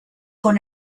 con